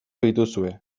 dituzue